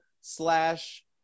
slash